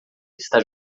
está